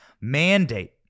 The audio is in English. mandate